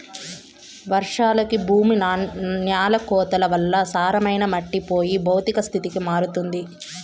వర్షాలకి భూమి న్యాల కోతల వల్ల సారమైన మట్టి పోయి భౌతిక స్థితికి మారుతుంది